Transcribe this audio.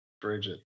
Bridget